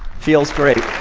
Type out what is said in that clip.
feels great.